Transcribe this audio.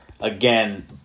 Again